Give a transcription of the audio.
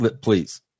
please